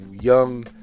young